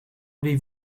avez